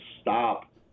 stop